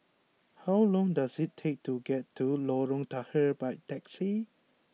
how long does it take to get to Lorong Tahar by taxi